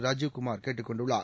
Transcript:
ராஜீவ் குமார் கேட்டுக் கொண்டுள்ளார்